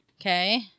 Okay